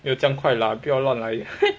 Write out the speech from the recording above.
没有这样快啦不要乱来